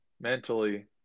mentally